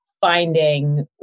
finding